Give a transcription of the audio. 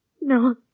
No